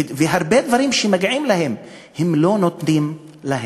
ועוד הרבה דברים שמגיעים להם לא נותנים להם.